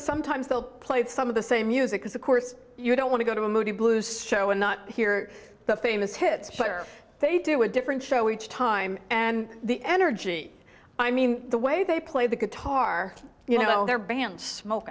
sometimes they'll played some of the same music as of course you don't want to go to a moody blues and not hear the famous hits or they do a different show each time and the energy i mean the way they play the guitar you know their band smoke